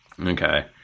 Okay